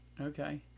okay